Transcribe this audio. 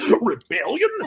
Rebellion